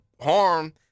harm